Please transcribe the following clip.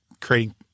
creating